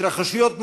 התרחשויות מטרידות,